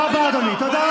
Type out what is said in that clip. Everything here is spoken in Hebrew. תודה רבה, אדוני.